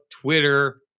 Twitter